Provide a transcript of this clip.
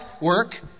work